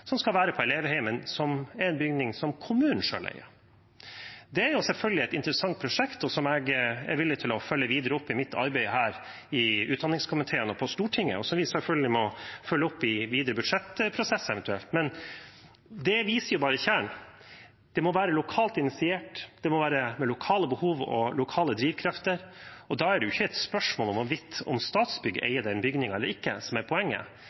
på Elevheimen, som er en bygning som kommunen selv eier. Det er selvfølgelig et interessant prosjekt som jeg er villig til å følge videre opp i mitt arbeid her i utdanningskomiteen og på Stortinget, og som vi selvfølgelig eventuelt må følge opp i videre budsjettprosesser. Men det viser bare kjernen: Det må være lokalt initiert, det må være lokale behov og lokale drivkrefter. Da er det ikke spørsmålet hvorvidt Statsbygg eier den bygningen eller ikke, som er poenget.